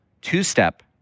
two-step